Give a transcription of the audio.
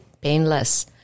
painless